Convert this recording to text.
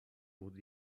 wurde